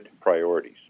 priorities